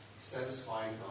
satisfying